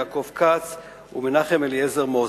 יעקב כץ ומנחם אליעזר מוזס.